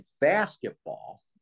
basketball